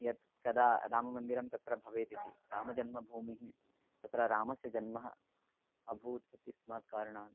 यत् कदा राममन्दिरं तत्र भवेत् इति रामजन्मभूमिः तत्र रामस्य जन्मः अभूत् इत्यस्मात् कारणात्